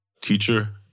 teacher